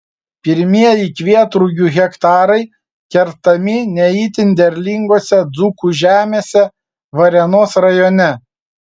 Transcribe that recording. pirmieji kvietrugių hektarai kertami ne itin derlingose dzūkų žemėse varėnos rajone